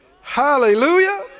Hallelujah